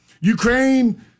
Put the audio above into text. Ukraine